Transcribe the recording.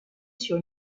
sur